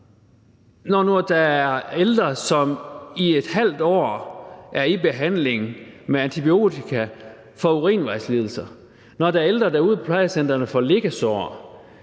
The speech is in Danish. når der er ældre, som i et halvt år er i behandling med antibiotika for urinvejslidelser; når der er ældre ude på plejecentrene, som får liggesår